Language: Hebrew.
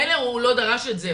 מילא הוא לא דרש את זה,